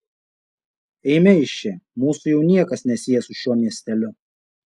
eime iš čia mūsų jau niekas nesieja su šiuo miesteliu